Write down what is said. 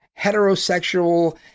heterosexual